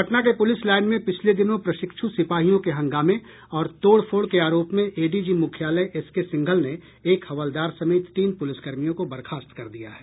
पटना के police line में पिछले दिनों प्रशिक्षु सिपाहियों के हंगामे ओर तोड़फोड़ के आरोप में एडीजी मुख्यालय एसके सिंघल ने एक हवलदार समेत तीन पुलिसकर्मियों को बर्खास्त कर दिया है